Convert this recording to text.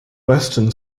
western